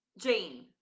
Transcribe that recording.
Jane